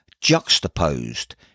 juxtaposed